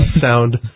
sound